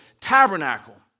tabernacle